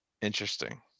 Interesting